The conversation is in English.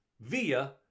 via